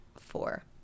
four